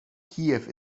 kiew